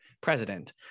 president